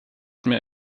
mehr